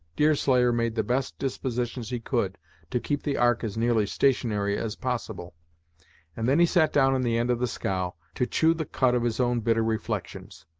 deerslayer made the best dispositions he could to keep the ark as nearly stationary as possible and then he sat down in the end of the scow, to chew the cud of his own bitter reflections.